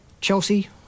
Chelsea